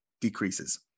decreases